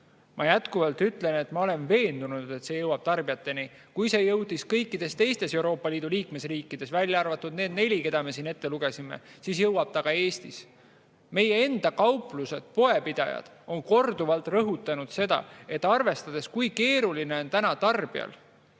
Ma jätkuvalt ütlen, et ma olen veendunud, et see jõuab tarbijateni. Kui see jõudis kõikides teistes Euroopa Liidu liikmesriikides, välja arvatud need neli, keda me siin ette lugesime, siis jõuab ta ka Eestis. Meie enda kauplused, poepidajad on korduvalt rõhutanud seda, et arvestades, kui keeruline on täna tarbijal,